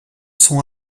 sont